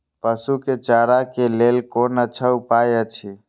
पशु के चारा के लेल कोन अच्छा उपाय अछि?